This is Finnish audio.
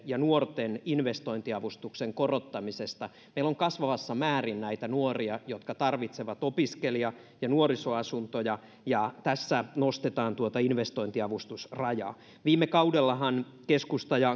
ja nuorten investointiavustuksen korottamisesta meillä on kasvavassa määrin nuoria jotka tarvitsevat opiskelija ja nuorisoasuntoja ja tässä nostetaan tuota investointiavustusrajaa viime kaudellahan keskusta ja